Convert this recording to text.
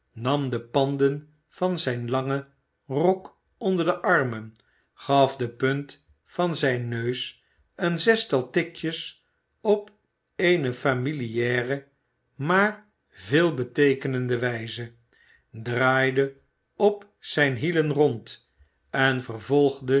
nam de panden van zijn langen rok onder de armen gaf de punt van zijn neus een zestal tikjes op eene familiare maar veelbeteekenende wijze draaide op zijn hielen rond en vervolgde